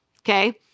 okay